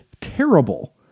terrible